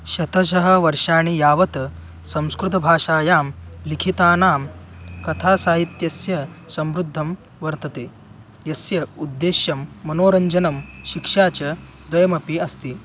शतशः वर्षाणि यावत् संस्कृतभाषायां लिखितानां कथासाहित्यस्य समृद्धं वर्तते यस्य उद्देश्यं मनोरञ्जनं शिक्षा च द्वयमपि अस्ति